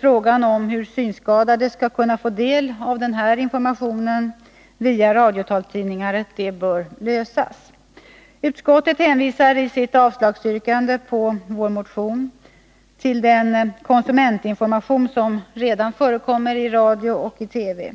Frågan om hur de synskadade skall kunna få del av den typen av information via radiotaltidningar bör enligt min mening lösas. Kulturutskottet hänvisar i samband med sitt yrkande om avslag på vår motion till den konsumentinformation som redan nu förekommer i radio och i TV.